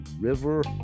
River